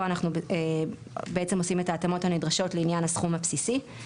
פה אנחנו עושים את ההתאמות הנדרשות לעניין הסכום הבסיסי.